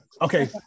Okay